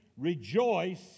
Rejoice